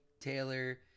Taylor